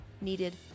needed